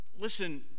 Listen